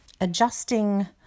adjusting